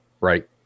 right